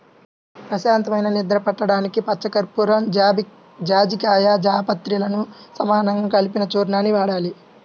ప్రశాంతమైన నిద్ర పట్టడానికి పచ్చకర్పూరం, జాజికాయ, జాపత్రిలను సమానంగా కలిపిన చూర్ణాన్ని వాడాలి